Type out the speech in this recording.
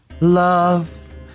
Love